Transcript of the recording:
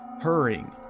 hurrying